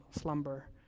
slumber